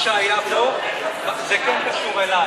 מה שהיה פה, זה לא קשור אליך.